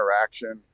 interaction